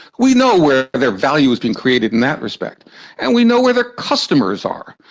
we know where their value is being created in that respect and we know where their customers are,